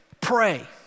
pray